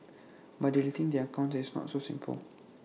but deleting their accounts is not so simple